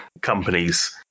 companies